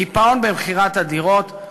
קיפאון במכירת הדירות,